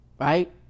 right